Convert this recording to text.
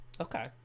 Okay